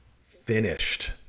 finished